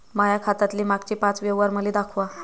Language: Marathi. माया खात्यातले मागचे पाच व्यवहार मले दाखवा